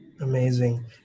amazing